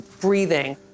breathing